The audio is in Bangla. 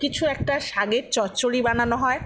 কিছু একটা শাকের চচ্চড়ি বানানো হয়